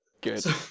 Good